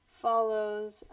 follows